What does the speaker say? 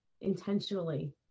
intentionally